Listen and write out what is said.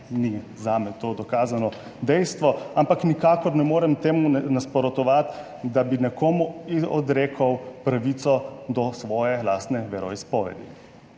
to zame ni dokazano dejstvo, ampak nikakor ne morem temu nasprotovati, da bi nekomu odrekel pravico do svoje lastne veroizpovedi.